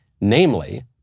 namely